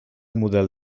model